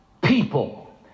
people